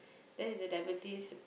that is the diabetes